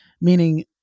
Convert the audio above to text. meaning